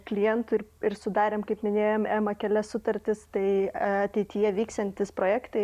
klientų ir sudarėm kaip minėjom ema kelias sutartis tai ateityje vyksiantys projektai